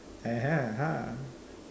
(uh huh) !huh!